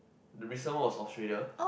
the recent one was Australia